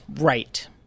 Right